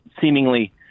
seemingly